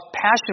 passion